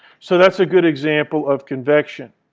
so that's a good example of convection.